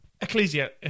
Ecclesia